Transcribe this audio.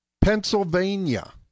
Pennsylvania